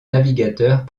navigateurs